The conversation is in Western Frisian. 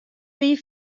wie